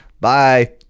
bye